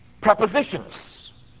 prepositions